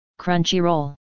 Crunchyroll